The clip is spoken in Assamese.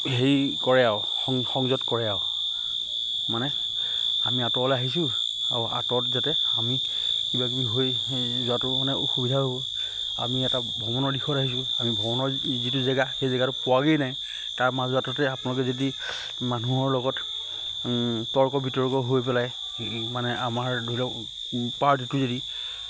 হেৰি কৰে আৰু সং সংযত কৰে আৰু মানে আমি আঁতৰলৈ আহিছোঁ আৰু আঁতৰত যাতে আমি কিবাকিবি হৈ যোৱাটো মানে অসুবিধা হ'ব আমি এটা ভ্ৰমণৰ দিশত আহিছোঁ আমি ভ্ৰমণৰ যিটো জেগা সেই জেগাটো পোৱাগৈয়ে নাই তাৰ মাজবাটতে আপোনালোকে যদি মানুহৰ লগত তৰ্ক বিতৰ্ক হৈ পেলাই মানে আমাৰ ধৰি লওক পাৰ্টিটো যদি